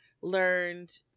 learned